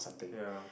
ya